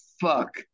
fuck